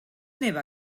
neva